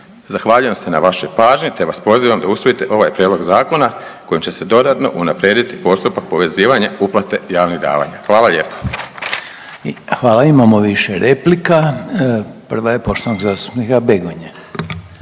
Zahvaljujem se na vašoj pažnji, te vas pozivam da usvojite ovaj prijedlog zakona kojim će se dodatno unaprijediti postupak povezivanja uplate javnih davanja. Hvala lijepo. **Reiner, Željko (HDZ)** Hvala. Imamo više replika, prva je poštovanog zastupnika Begonje.